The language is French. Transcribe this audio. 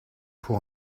pour